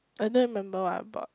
I don't remember what I bought